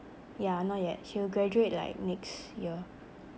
yeah not yet she'll graduate like next year